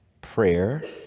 prayer